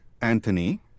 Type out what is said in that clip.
Anthony